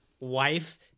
Wife